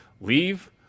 leave